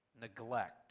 neglect